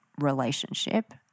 relationship